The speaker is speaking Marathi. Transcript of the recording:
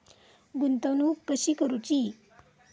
गुंतवणूक कशी करूची?